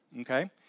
okay